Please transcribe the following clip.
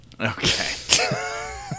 Okay